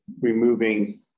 removing